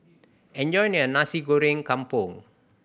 enjoy your Nasi Goreng Kampung